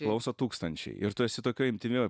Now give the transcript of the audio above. klauso tūkstančiai ir tu esi tokioj intymioj